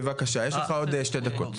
בבקשה, יש לך עוד שתי דקות.